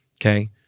okay